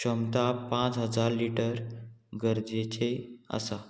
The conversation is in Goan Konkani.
क्षमता पांच हजार लिटर गरजेचे आसा